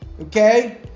okay